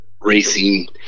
racing